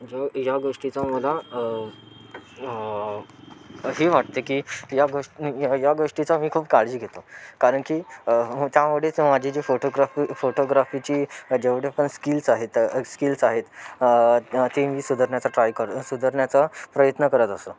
जो या गोष्टीचा मला हे वाटते की या गोष या या गोष्टीचा मी खूप काळजी घेतो कारण की मग त्यामुळेच माझी जी फोटोग्राफी फोटोग्राफीची जेवढे पण स्किल्स आहेत स्किल्स आहेत ते मी सुधारण्याचा ट्राय कर सुधारण्याचा प्रयत्न करत असतो